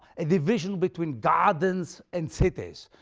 a division between gardens and cities.